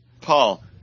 Paul